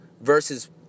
versus